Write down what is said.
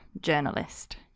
journalist